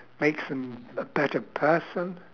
makes them a better person